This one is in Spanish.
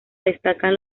destacan